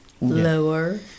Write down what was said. Lower